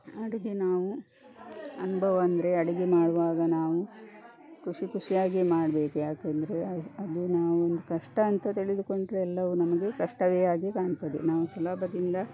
ಅಡುಗೆ ನಾವು ಅನುಭವ ಅಂದರೆ ಅಡುಗೆ ಮಾಡುವಾಗ ನಾವು ಖುಷಿ ಖುಷಿಯಾಗಿಯೇ ಮಾಡಬೇಕು ಯಾಕಂದರೆ ಅದು ನಾವು ಒಂದು ಕಷ್ಟ ಅಂತ ತಿಳಿದುಕೊಂಡರೆ ಎಲ್ಲವೂ ನಮಗೆ ಕಷ್ಟವೇ ಆಗಿ ಕಾಣ್ತದೆ ನಾವು ಸುಲಭದಿಂದ